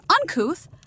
uncouth